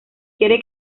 quiere